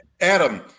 Adam